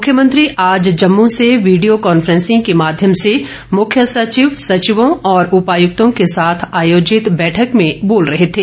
मुख्यमंत्री आज जम्मू से वीडियो कॉन्फ्रेंसिंग के माध्यम से मुख्य सचिव सचिवों और उपायुक्तों के साथ आयोजित बैठक में बोल रहे थे